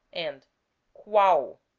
and qual,